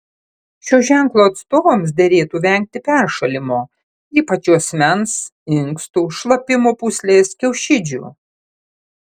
šio ženklo atstovams derėtų vengti peršalimo ypač juosmens inkstų šlapimo pūslės kiaušidžių